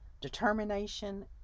determination